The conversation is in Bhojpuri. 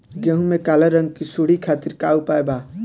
गेहूँ में काले रंग की सूड़ी खातिर का उपाय बा?